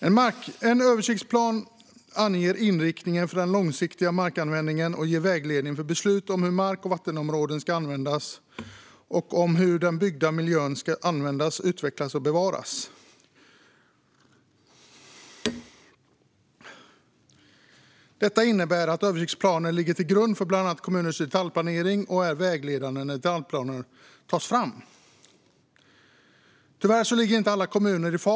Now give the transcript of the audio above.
En översiktsplan anger inriktningen för den långsiktiga markanvändningen och ger vägledning för beslut om hur mark och vattenområden ska användas och hur den byggda miljön ska användas, utvecklas och bevaras. Det innebär att översiktsplanen ligger till grund för bland annat kommuners detaljplanering och är vägledande när detaljplanerna tas fram. Tyvärr ligger inte alla kommuner i fas.